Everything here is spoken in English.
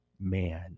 Man